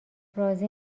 رازی